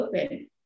open